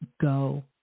go